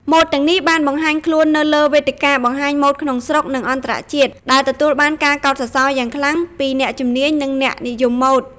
ម៉ូដទាំងនេះបានបង្ហាញខ្លួននៅលើវេទិកាបង្ហាញម៉ូដក្នុងស្រុក និងអន្តរជាតិ ដែលទទួលបានការកោតសរសើរយ៉ាងខ្លាំងពីអ្នកជំនាញ និងអ្នកនិយមម៉ូដ។